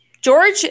George